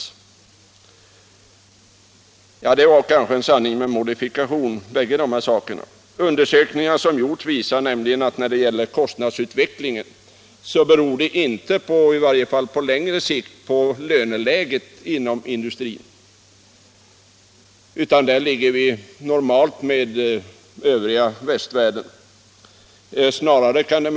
Ja, bägge dessa påståenden kan väl betecknas som en sanning med modifikation. Gjorda undersökningar visar nämligen att kostnadsutvecklingen i varje fall inte på längre sikt beror på löneläget inom industrin, eftersom vi där ligger på en i förhållande till den övriga västvärlden normal nivå.